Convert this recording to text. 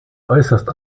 äußerst